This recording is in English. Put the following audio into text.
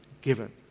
given